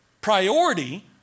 priority